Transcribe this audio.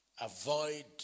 avoid